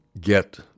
get